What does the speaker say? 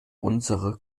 unsere